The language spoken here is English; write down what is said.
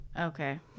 okay